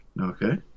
Okay